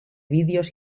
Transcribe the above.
vídeos